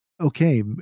Okay